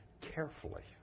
carefully